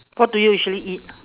what do you usually eat